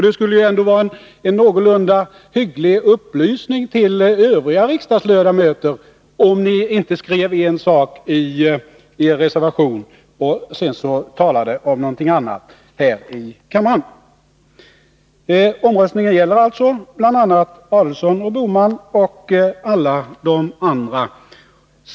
Det skulle vara en någorlunda hygglig upplysning till övriga riksdagsledamöter om ni inte skrev en sak i er reservation och sedan talade om någonting annat här i kammaren. Nr 145 Omröstningen gäller alltså bl.a. herrar Adelsohn och Bohman — och alla de andra.